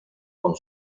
con